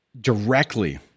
directly